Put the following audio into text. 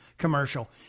Commercial